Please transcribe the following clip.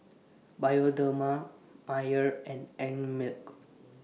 Bioderma Mayer and Einmilk